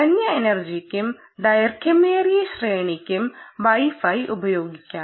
കുറഞ്ഞ എനർജിക്കും ദൈർഘ്യമേറിയ ശ്രേണികൾക്കും Wi Fi ഉപയോഗിക്കാം